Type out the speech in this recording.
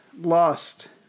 lost